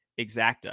exacta